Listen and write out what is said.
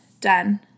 done